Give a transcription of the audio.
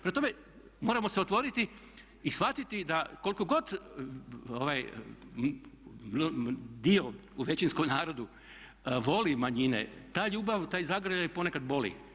Prema tome, moramo se otvoriti i shvatiti da koliko god dio u većinskom narodu voli manjine, ta ljubav, taj zagrljaj ponekad boli.